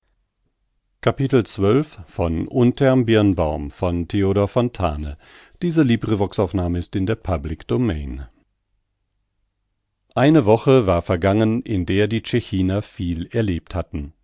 eine woche war vergangen in der die tschechiner viel erlebt hatten